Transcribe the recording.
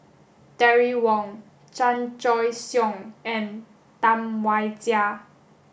Terry Wong Chan Choy Siong and Tam Wai Jia